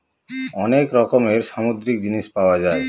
অনেক রকমের সামুদ্রিক জিনিস পাওয়া যায়